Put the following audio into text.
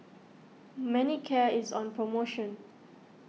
Manicare is on promotion